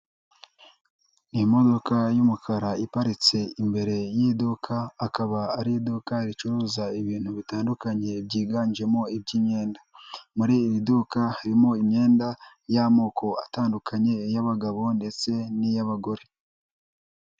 Ni imodoka y'umukara iparitse imbere y'iduka, akaba ari iduka ricuruza ibintu bitandukanye byiganjemo iby'imyenda, muri iri duka harimo imyenda y'amoko atandukanye, iy'abagabo ndetse n'iy'abagore.